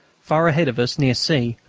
far ahead of us, near c,